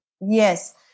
Yes